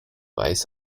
weiß